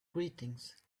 greetings